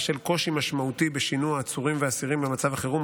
בשל קושי משמעותי בשינוע עצורים ואסירים במצב החירום,